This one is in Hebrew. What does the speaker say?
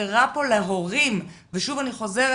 שחסרה פה להורים ואני חוזרת,